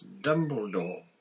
Dumbledore